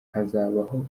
hazabaho